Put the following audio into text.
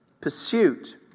pursuit